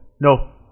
No